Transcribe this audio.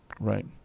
Right